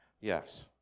Yes